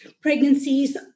pregnancies